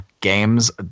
games